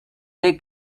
they